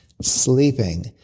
sleeping